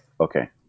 okay